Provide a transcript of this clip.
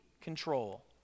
control